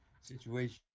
situation